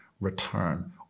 return